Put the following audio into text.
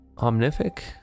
Omnific